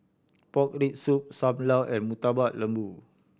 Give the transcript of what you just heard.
pork rib soup Sam Lau and Murtabak Lembu